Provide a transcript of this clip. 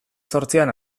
zortzian